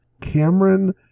Cameron